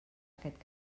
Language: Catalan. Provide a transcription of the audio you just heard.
aquest